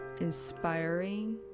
inspiring